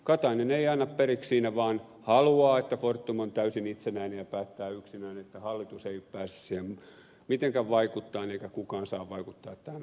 katainen ei anna periksi siinä vaan haluaa että fortum on täysin itsenäinen ja päättää yksinään niin että hallitus ei pääse siihen mitenkään vaikuttamaan eikä kukaan saa vaikuttaa tähän asiaan